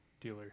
dealer